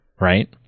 Right